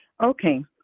Okay